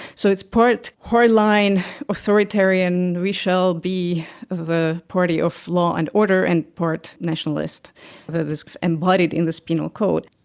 so it's part hard-line authoritarian, we shall be the party of law and order, and part nationalist that is embodied in this penal code.